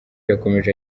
yakomeje